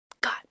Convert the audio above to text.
God